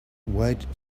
weighted